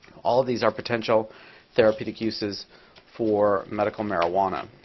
all of these are potential therapeutic uses for medical marijuana.